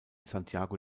santiago